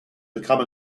become